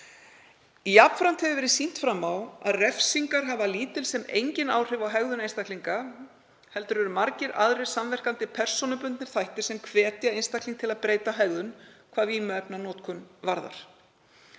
Jafnframt hefur verið sýnt fram á að refsingar hafa lítil sem engin áhrif á hegðun einstaklinga heldur eru margir aðrir samverkandi persónubundnir þættir sem hvetja einstakling til að breyta hegðun hvað vímuefnanotkun varðar.